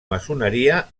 maçoneria